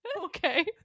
Okay